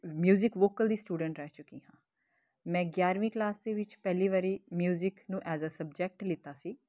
music vocal ਦੀ student ਰਹਿ ਚੁੱਕੀ ਹਾਂ ਮੈਂ ਗਿਆਰ੍ਹਵੀਂ ਕਲਾਸ ਦੇ ਵਿੱਚ ਪਹਿਲੀ ਵਾਰੀ ਮਿਊਜਿਕ ਨੂੰ ਐਜ਼ ਆ ਸਬਜੈਕਟ ਲਿੱਤਾ ਸੀ